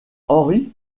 henri